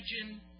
Imagine